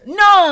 no